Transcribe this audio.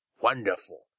wonderful